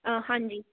ਹਾਂਜੀ